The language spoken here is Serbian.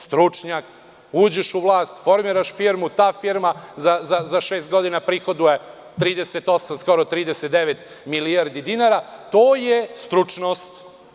Stručnjak, uđeš u vlast, formiraš firmu, ta firma za šest godina prihoduje 38, skoro 39 milijardi dinara, to je stručnost.